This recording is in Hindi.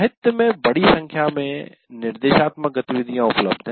साहित्य में बड़ी संख्या में निर्देशात्मक गतिविधियाँ उपलब्ध है